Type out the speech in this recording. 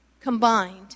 combined